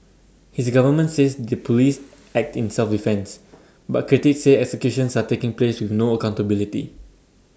his government says the Police act in self defence but critics say executions are taking place with no accountability